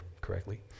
correctly